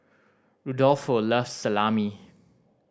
Rudolfo loves Salami